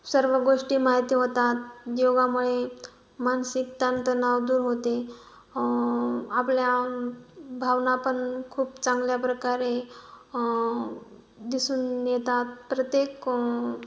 सर्व गोष्टी माहिती होतात योगामुळे मानसिक ताणतणाव दूर होते आपल्या भावनापण खूप चांगल्या प्रकारे दिसून येतात प्रत्येक